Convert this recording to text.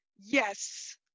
Yes